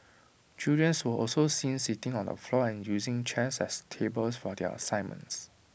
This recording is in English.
children's were also seen sitting on the floor and using chairs as tables for their assignments